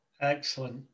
Excellent